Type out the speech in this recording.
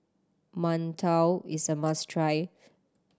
mantou is a must try